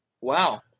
Wow